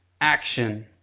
action